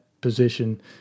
position